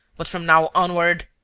but from now onward!